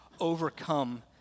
overcome